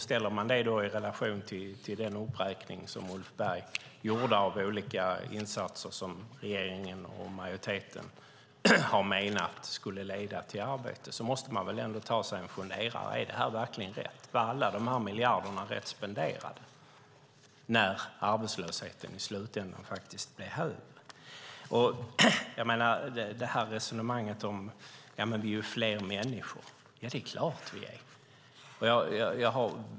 Ställer man det i relation till den uppräkning som Ulf Berg gjorde av olika insatser som regeringen och majoriteten har menat skulle leda till arbete måste man ändå ta sig en funderare. Är detta verkligen rätt? Var alla dessa miljarder rätt spenderade när arbetslösheten i slutändan blev högre? Det finns ett resonemang om att vi är fler människor. Det är klart att vi är.